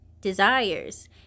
desires